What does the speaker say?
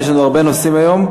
ויש לנו הרבה נושאים היום.